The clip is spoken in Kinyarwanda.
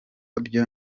byo